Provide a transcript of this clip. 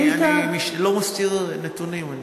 אני לא מסתיר נתונים.